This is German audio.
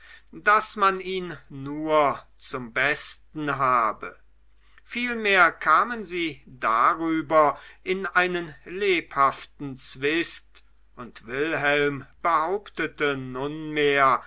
daß man ihn nur zum besten habe vielmehr kamen sie darüber in einen lebhaften zwist und wilhelm behauptete nunmehr